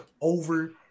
over